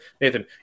Nathan